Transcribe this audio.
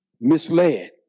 misled